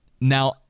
now